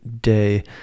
day